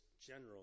general